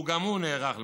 וגם הוא נערך לכך.